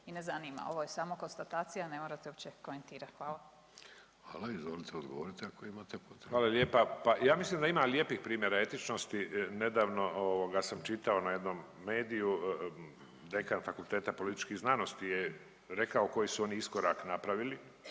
i ne zanima. Ovo je samo konstatacija, ne morate uopće komentirati. Hvala. **Vidović, Davorko (Socijaldemokrati)** Hvala. Izvolite odgovorite ako imate. **Šušak, Ivica** Hvala lijepa. Pa ja mislim da ima lijepih primjera etičnosti. Nedavno sam čitao na jednom mediju, dekan Fakulteta političkih znanosti je rekao koji su oni iskorak napravili